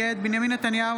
נגד בנימין נתניהו,